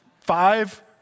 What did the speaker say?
five